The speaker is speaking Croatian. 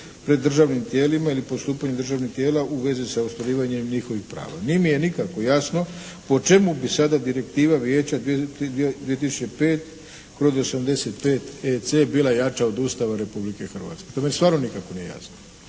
pred državnim tijelima ili postupanje državnih tijela u vezi sa ostvarivanjem njihovih prava. Nije mi nikako jasno po čemu bi sada direktiva Vijeća 2005/85EC bila jača od Ustava Republike Hrvatske. To mi stvarno nikako nije jasno.